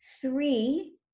Three